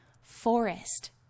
forest